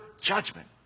judgment